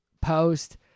post